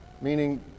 meaning